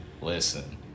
listen